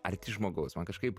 arti žmogaus man kažkaip